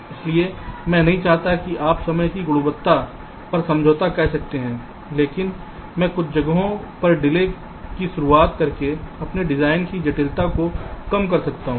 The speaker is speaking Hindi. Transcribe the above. इसलिए मैं नहीं चाहता कि आप समय की गुणवत्ता पर समझौता कह सकते हैं लेकिन मैं कुछ जगहों पर डिले की शुरुआत करके अपने डिजाइन की जटिलता को कम कर सकता हूं